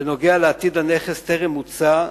בנוגע לעתיד הנכס טרם מוצה,